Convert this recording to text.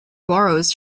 boroughs